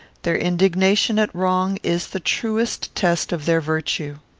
their indignation at wrong is the truest test of their virtue.